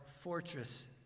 fortress